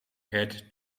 had